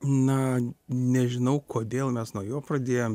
na nežinau kodėl mes nuo jo pradėjom